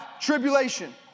tribulation